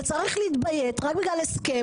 וצריך להתביית רק בגלל הסכם,